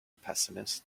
pessimist